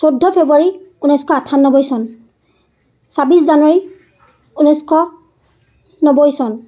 চৈধ্য ফেব্ৰুৱাৰী ঊনৈছশ আঠানব্বৈ চন ছাব্বিছ জানুৱাৰী ঊনৈছশ নব্বৈ চন